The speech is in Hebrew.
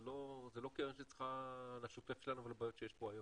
זה לא קרן שצריכה לשוטף שלנו ולבעיות שיש פה היום,